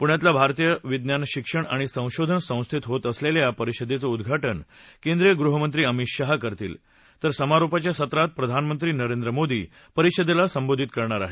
पुण्यातल्या भारतीय वैज्ञानिक शिक्षण आणि संशोधन संस्थेत होत असलेल्या या परिषदेचं उद्घाटन केंद्रिय गृहमंत्री अमित शाह करतील तर समारोपाच्या सत्रात प्रधानमंत्री नरेंद्र मोदी परिषदेला संबोधित करणार आहेत